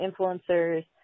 influencers